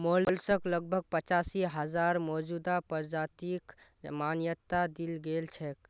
mollusc लगभग पचासी हजार मौजूदा प्रजातिक मान्यता दील गेल छेक